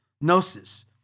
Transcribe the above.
gnosis